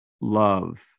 love